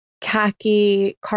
khaki